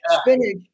spinach